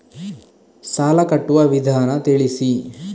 ಸಾಲ ಕಟ್ಟುವ ವಿಧಾನ ತಿಳಿಸಿ?